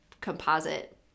composite